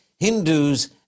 Hindus